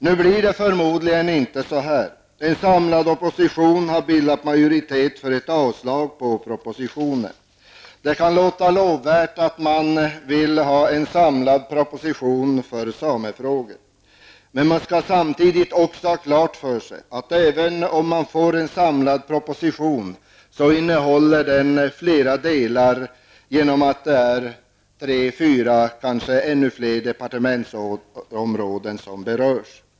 Nu blir det förmodligen inte så som har föreslagits i propositionen. En samlad opposition har bildat majoritet för avslag på propositionen. Det kan låta lovvärt att man vill ha en samlad proposition för samefrågor. Men vi skall samtidigt ha klart för oss att även om man får en samlad proposition, kommer den att innehålla flera delar genom att det är tre eller fyra -- kanske ännu fler -- departementsområden som berörs.